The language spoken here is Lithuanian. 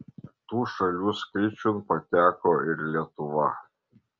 tų šalių skaičiun pateko ir lietuva